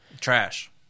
Trash